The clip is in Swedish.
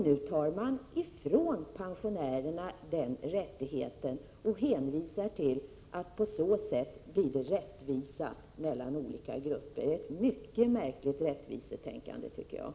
Nu tar man ifrån pensionärerna den rättigheten och säger att det på så sätt blir rättvisa mellan olika grupper. Det är, enligt min mening, ett mycket märkligt rättvisetänkande.